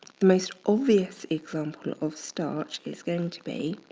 the most obvious example of starch is going to be.